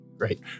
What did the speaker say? Great